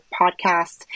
podcast